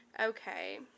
Okay